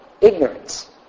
ignorance